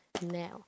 now